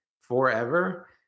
forever